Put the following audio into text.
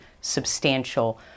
substantial